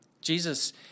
Jesus